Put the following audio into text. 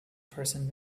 person